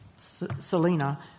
Selena